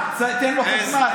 תן לו חשמל.